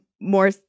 more